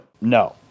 No